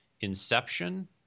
Inception